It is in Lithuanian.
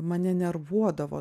mane nervuodavo